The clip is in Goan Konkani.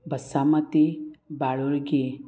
बसामती बाळुरगी